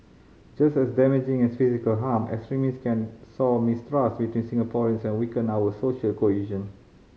just as damaging as physical harm extremists can sow mistrust between Singaporeans and weaken our social cohesion